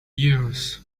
years